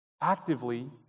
actively